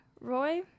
Roy